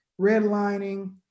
redlining